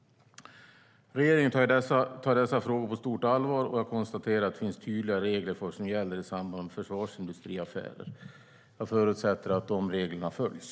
Regeringen tar dessa frågor på stort allvar. Jag konstaterar att det finns tydliga regler för vad som gäller i samband med försvarsindustriaffärer. Jag förutsätter att dessa regler följs.